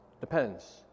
Depends